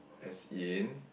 as in